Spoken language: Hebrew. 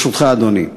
ברשותך, אדוני.